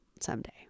someday